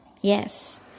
Yes